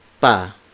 pa